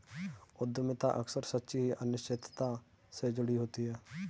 उद्यमिता अक्सर सच्ची अनिश्चितता से जुड़ी होती है